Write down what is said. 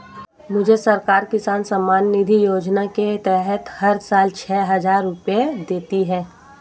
मुझे सरकार किसान सम्मान निधि योजना के तहत हर साल छह हज़ार रुपए देती है